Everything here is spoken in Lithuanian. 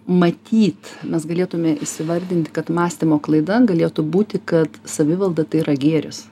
matyt mes galėtume įsivardinti kad mąstymo klaida galėtų būti kad savivalda tai yra gėris